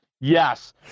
Yes